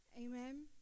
amen